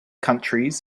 countries